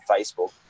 Facebook